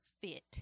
fit